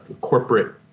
corporate